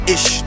Ish